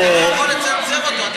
אתה לא יכול לצנזר אותו.